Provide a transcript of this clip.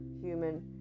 human